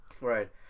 right